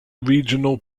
regional